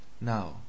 Now